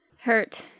Hurt